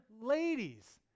ladies